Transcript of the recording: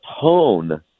tone